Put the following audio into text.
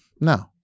No